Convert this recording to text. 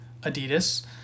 Adidas